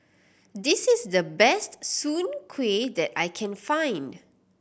this is the best soon kway that I can find